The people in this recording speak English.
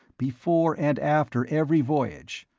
before and after every voyage,